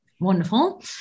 Wonderful